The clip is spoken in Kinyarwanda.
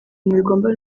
ntibigomba